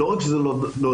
לא רק שזה לא דמוקרטי,